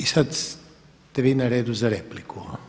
Sada ste vi na redu za repliku.